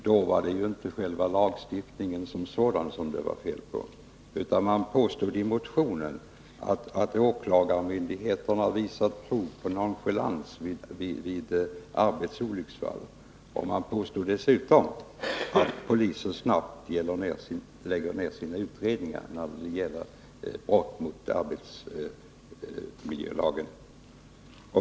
Då var det inte lagstiftningen som sådan som man fann felaktig, utan man påstod i motionen att åklagarmyndigheterna visat prov på nonchalans i ärenden gällande arbetsolycksfall samt dessutom att polisen snabbt lägger ned sina utredningar när det gäller brott mot arbetsmiljölagen.